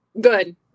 good